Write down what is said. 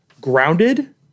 grounded